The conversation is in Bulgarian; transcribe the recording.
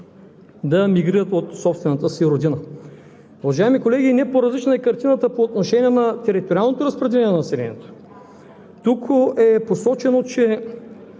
да емигрират от собствената си родина. Уважаеми колеги, не по-различна е картината по отношение на териториалното разпределение на населението. Тук е посочено, че